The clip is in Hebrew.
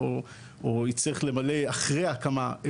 או שיצטרך למלא עוד איזה משהו אחרי הקמה,